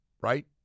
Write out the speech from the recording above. right